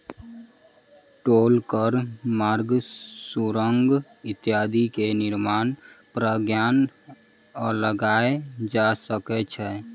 टोल कर मार्ग, सुरंग इत्यादि के निर्माणक पश्चात लगायल जा सकै छै